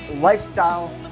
lifestyle